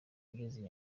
ageze